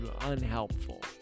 unhelpful